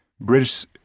British